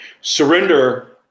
Surrender